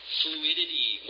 fluidity